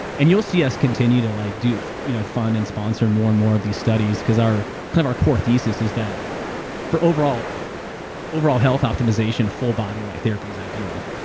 and you'll see us continue to like you know fund and sponsor more and more of these studies, because our kind of our core thesis is that for overall overall health optimization, full body light therapy is ideal.